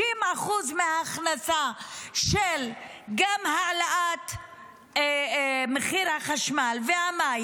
60% מההכנסה גם של העלאת מחיר החשמל והמים